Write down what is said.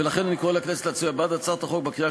ולכן אני קורא לכנסת להצביע בעד הצעת החוק בקריאה